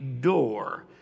door